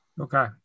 Okay